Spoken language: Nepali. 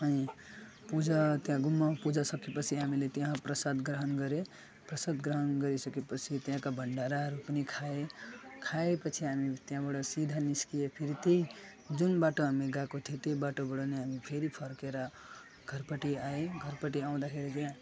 अनि पूजा त्यहाँ गुम्बामा पूजा सकेपछि हामीले त्यहाँ प्रसाद ग्रहण गऱ्यौँ प्रसाद ग्रहण गरिसकेपछि त्यहाँका भण्डाराहरू पनि खाएँ खाएँपछि हामी त्यहाँबाट सिधा निस्किएँ फेरि त्यही जुन बाटो हामी गएको थियौँ त्यो बाटोबाट नै हामी फेरि फर्किएर घरपट्टि आएँ घरपट्टि आउँदाखेरि चाहिँ